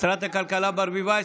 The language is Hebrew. שרת הכלכלה ברביבאי,